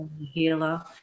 healer